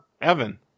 Evan